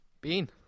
bean